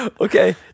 Okay